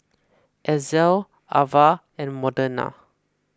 Ezell Avah and Modena